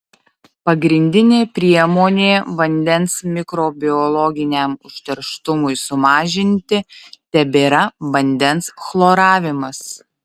pagrindinė priemonė vandens mikrobiologiniam užterštumui sumažinti tebėra vandens chloravimas